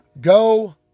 go